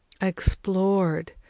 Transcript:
explored